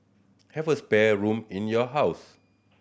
have a spare room in your house